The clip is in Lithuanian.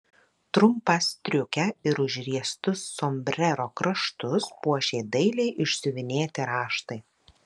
trumpą striukę ir užriestus sombrero kraštus puošė dailiai išsiuvinėti raštai